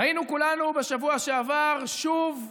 ראינו כולנו בשבוע שעבר שוב,